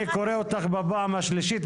אני קורא אותך בפעם השלישית,